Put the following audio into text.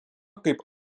kaip